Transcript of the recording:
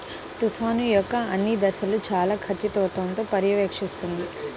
తుఫాను యొక్క అన్ని దశలను చాలా ఖచ్చితత్వంతో పర్యవేక్షిస్తుంది